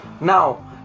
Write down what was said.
now